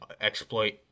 exploit